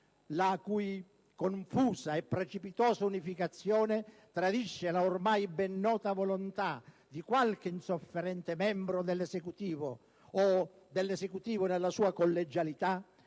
la cui confusa e precipitosa unificazione tradisce la ormai ben nota volontà di qualche insofferente membro dell'Esecutivo - o dell'Esecutivo nella sua collegialità